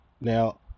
now